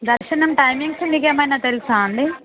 దర్శనం టైమింగ్స్ మీకేమైనా తెలుసా అండి